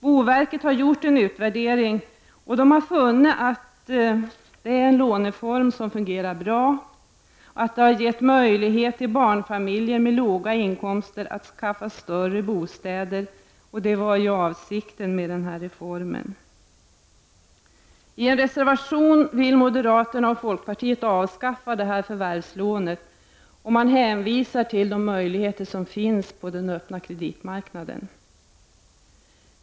Boverket har gjort en utvärdering och har funnit att detta är en låneform som fungerar bra och att den har gett barnfamiljer med låga inkomster möjligheter att skaffa större bostäder, vilket också var avsikten med denna reform. I reservation 37 anför moderaterna och folkpartiet att de vill avskaffa detta förvärvslån, och de hänvisar till de möjligheter som finns på den öppna kreditmarknaden.